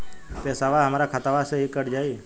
पेसावा हमरा खतवे से ही कट जाई?